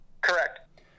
Correct